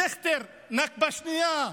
דיכטר, נכבה שנייה,